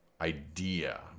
idea